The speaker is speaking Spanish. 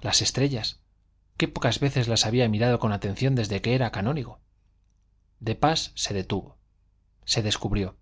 las estrellas qué pocas veces las había mirado con atención desde que era canónigo de pas se detuvo se descubrió